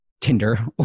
Tinder